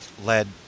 led